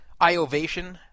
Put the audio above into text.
iOvation